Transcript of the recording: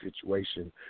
situation